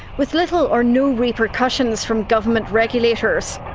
with little or no repercussions from government regulators.